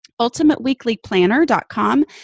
UltimateWeeklyPlanner.com